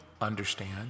understand